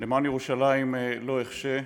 למען ירושלים לא אחשה.